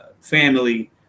family